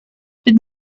but